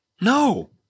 No